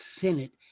Senate